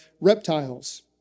reptiles